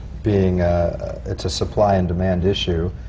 being it's a supply and demand issue,